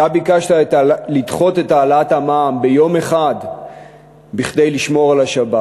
אתה ביקשת לדחות את העלאת המע"מ ביום אחד כדי לשמור על השבת.